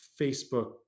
Facebook